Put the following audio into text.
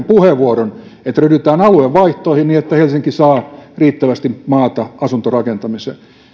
puheenvuoron että ryhdytään aluevaihtoihin niin että helsinki saa riittävästi maata asuntorakentamiseen